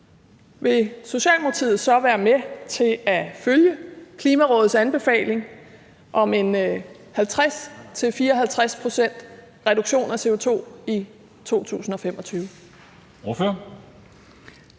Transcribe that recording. vil Socialdemokratiet så være med til at følge Klimarådets anbefaling om en 50-54-procentsreduktion af CO2 i 2025?